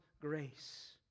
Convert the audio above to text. grace